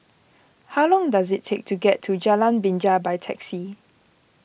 how long does it take to get to Jalan Binja by taxi